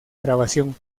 grabación